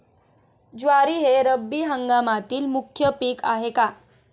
ज्वारी हे रब्बी हंगामातील मुख्य पीक आहे का?